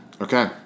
Okay